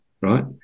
right